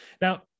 Now